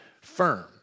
firm